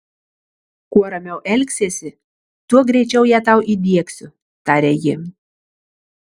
kuo ramiau elgsiesi tuo greičiau ją tau įdiegsiu taria ji